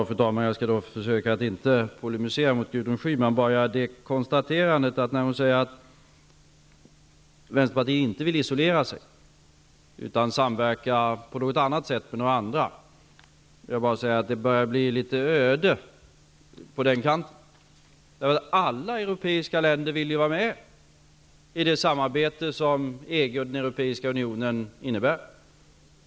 Fru talman! Jag skall försöka att inte polemisera mot Gudrun Schyman. Jag vill bara göra ett konstaterande. Hon säger att Vänsterpartiet inte vill isolera sig utan samverka på något annat sätt med några andra. Men det börjar bli litet öde på den kanten. Alla europeiska länder vill ju vara med i det samarbete som EG och Europeiska unionen innebär.